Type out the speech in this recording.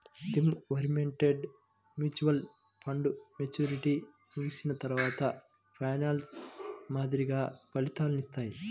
theme oriented mutual ఫండ్లు maturity ముగిసిన తర్వాత పెన్షన్ మాదిరిగా ఫలితాలనిత్తాయి